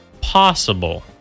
possible